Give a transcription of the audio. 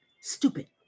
stupid